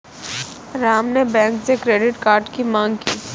राम ने बैंक से credit card की माँग की